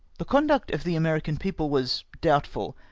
the conduct of the american people was doubtful,